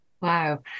Wow